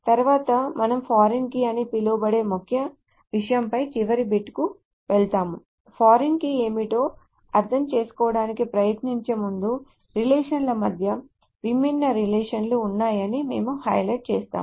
తరువాత మనం foreign key అని పిలువబడే ముఖ్య విషయంపై చివరి బిట్కు వెళ్తాము ఫారిన్ కీ ఏమిటో అర్థం చేసుకోవడానికి ప్రయత్నించే ముందు రిలేషన్ ల మధ్య విభిన్న రిలేషన్ లు ఉన్నాయని మేము హైలైట్ చేసాము